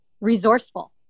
resourceful